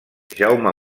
jaume